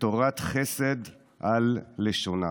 ותורת חסד על לשונה"